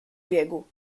biegu